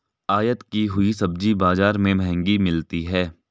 आयत की हुई सब्जी बाजार में महंगी मिलती है